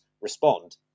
respond